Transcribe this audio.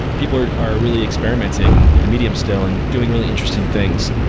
people are are really experimenting with the medium still and doing really interesting things.